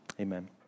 Amen